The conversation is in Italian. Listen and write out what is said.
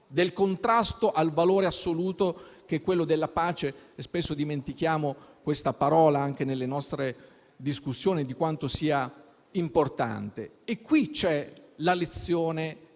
del contrasto al valore assoluto, che è quello della pace. Spesso dimentichiamo questa parola anche nelle nostre discussioni e quanto sia importante. Qui c'è la lezione